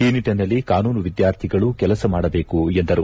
ಈ ನಿಟ್ಟಿನಲ್ಲಿ ಕಾನೂನು ವಿದ್ಯಾರ್ಥಿಗಳು ಕೆಲಸ ಮಾಡಬೇಕು ಎಂದರು